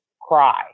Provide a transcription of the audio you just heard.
cry